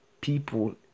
people